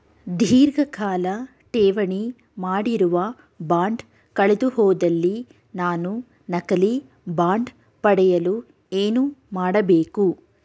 ಧೀರ್ಘಕಾಲ ಠೇವಣಿ ಮಾಡಿರುವ ಬಾಂಡ್ ಕಳೆದುಹೋದಲ್ಲಿ ನಾನು ನಕಲಿ ಬಾಂಡ್ ಪಡೆಯಲು ಏನು ಮಾಡಬೇಕು?